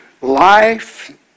life